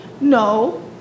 No